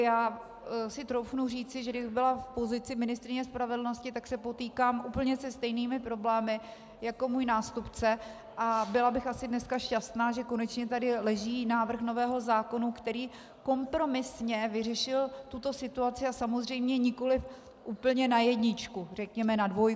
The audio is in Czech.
Takže si troufnu říci, že kdybych byla v pozici ministryně spravedlnosti, tak se potýkám s úplně stejnými problémy jako můj nástupce a byla bych asi dneska šťastná, že tady konečně leží návrh nového zákona, který kompromisně vyřešil tuto situaci a samozřejmě nikoli úplně na jedničku, řekněme na dvojku.